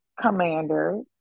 Commanders